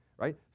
right